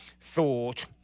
thought